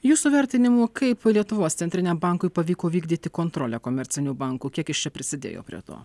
jūsų vertinimu kaip lietuvos centriniam bankui pavyko vykdyti kontrolę komercinių bankų kiek jis čia prisidėjo prie to